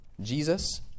Jesus